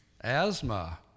Asthma